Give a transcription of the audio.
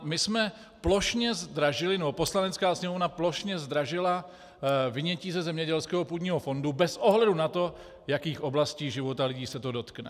My jsme plošně zdražili, nebo Poslanecká sněmovna plošně zdražila vynětí ze zemědělského půdního fondu bez ohledu na to, jakých oblastí života lidí se to dotkne.